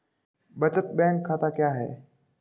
बचत बैंक खाता क्या है?